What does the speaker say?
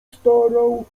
starał